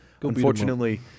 Unfortunately